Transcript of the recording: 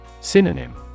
Synonym